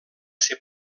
ser